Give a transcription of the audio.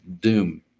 doom